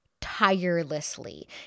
tirelessly